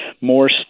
more